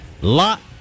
lot